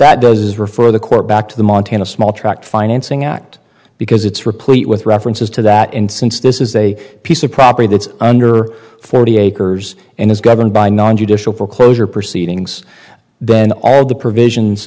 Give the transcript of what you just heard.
that does is refer the court back to the montana small tract financing act because it's replete with references to that and since this is a piece of property that's under forty acres and is governed by non judicial foreclosure proceedings then all of the provisions